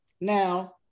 Now